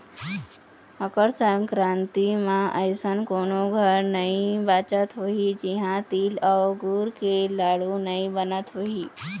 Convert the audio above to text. मकर संकरांति म अइसन कोनो घर नइ बाचत होही जिहां तिली अउ गुर के लाडू नइ बनत होही